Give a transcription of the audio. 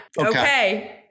Okay